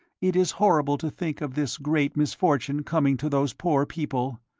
it is horrible to think of this great misfortune coming to those poor people.